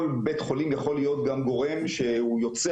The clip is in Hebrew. כל בית חולים יכול להיות גם גורם שהוא יוצא